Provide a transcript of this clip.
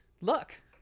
look